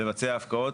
מבצעת פרויקט,